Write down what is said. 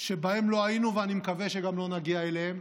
שבהם לא היינו, ואני מקווה שגם לא נגיע אליהם,